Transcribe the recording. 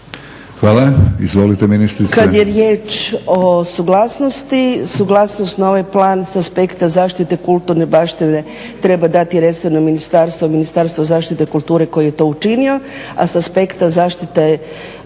Hvala. Izvolite ministrice.